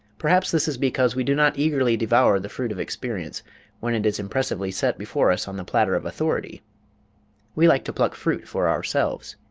perhaps this is because we do not eagerly devour the fruit of experience when it is impressively set before us on the platter of authority we like to pluck fruit for ourselves